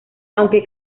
aunque